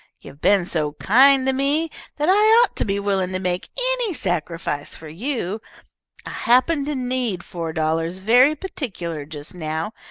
you've been so kind to me that i ought to be willing to make any sacrifice for you. i happen to need four dollars very particular just now,